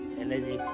in a